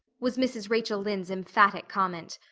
was mrs. rachel lynde's emphatic comment.